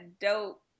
dope